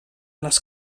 les